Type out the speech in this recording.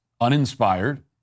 uninspired